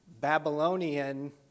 Babylonian